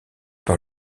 par